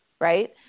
right